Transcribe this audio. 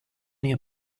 your